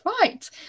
right